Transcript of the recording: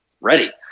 ready